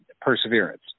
Perseverance